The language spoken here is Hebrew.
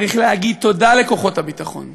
צריך להגיד תודה לכוחות הביטחון,